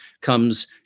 comes